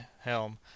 helm